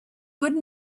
good